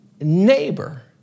neighbor